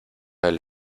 del